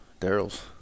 Daryl's